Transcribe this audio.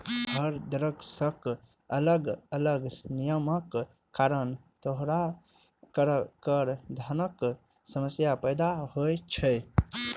हर देशक अलग अलग नियमक कारण दोहरा कराधानक समस्या पैदा होइ छै